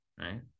right